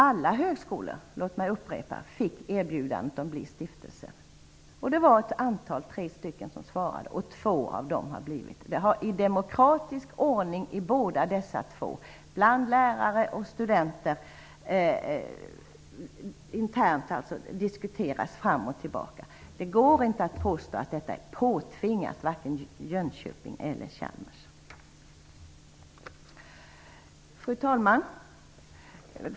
Alla högskolor -- låt mig upprepa det -- fick erbjudandet om att bli stiftelser. Det var tre som svarade. Två har blivit stiftelser. I demokratisk ordning har frågan diskuterats internt av lärare och studenter. Det går inte att påstå att det är påtvingat, varken i Jönköping eller i Chalmers. Fru talman!